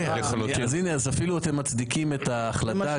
אני נותן לכם את כל זמן הדיון ואני מקשיב בשמחה ובחפץ